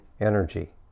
energy